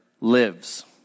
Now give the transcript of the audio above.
lives